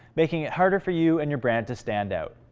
making it harder for you and your brand to stand out.